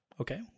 okay